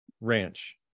Ranch